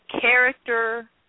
character